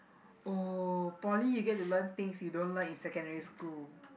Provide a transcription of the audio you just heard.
oh poly you get to learn things you don't learn in secondary school